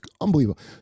unbelievable